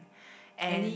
and